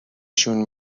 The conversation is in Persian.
شون